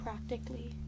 Practically